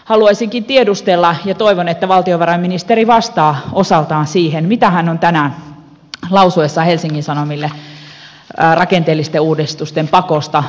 haluaisinkin tiedustella ja toivon että valtiovarainministeri vastaa osaltaan siihen mitä hän on todella tarkoittanut tänään lausuessaan helsingin sanomille rakenteellisten uudistusten pakosta